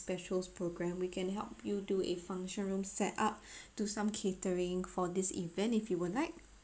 specials program we can help you do a function room set up to some catering for this event if you would like